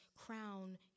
crown